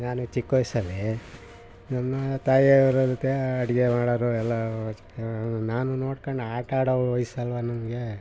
ನಾನು ಚಿಕ್ಕ ವಯಸ್ಸಲ್ಲಿ ನನ್ನ ತಾಯಿಯವರ ಜೊತೆ ಅಡಿಗೆ ಮಾಡೋರು ಎಲ್ಲ ನಾನು ನೋಡ್ಕಂಡು ಆಟಾಡೋ ವಯಸ್ಸಲ್ವ ನಮಗೆ